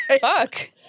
Fuck